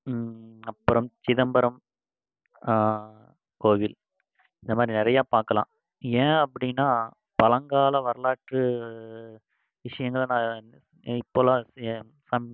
அப்புறம் சிதம்பரம் கோவில் இந்த மாதிரி நிறையா பார்க்கலாம் ஏன் அப்டின்னா பழங்கால வரலாற்று விஷயங்கள நான் இப்போலாம் சம்